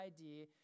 idea